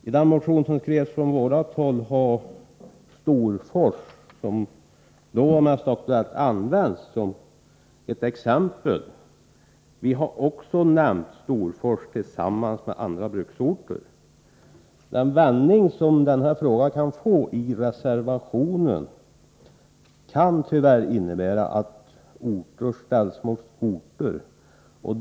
I den motion som skrivits från vårt håll anförs Storfors som ett exempel. Vi har också nämnt Storfors tillsammans med andra bruksorter. Den vändning som denna fråga kan få enligt reservationen kan tyvärr innebära att orter ställs mot orter.